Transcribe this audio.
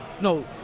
no